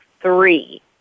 three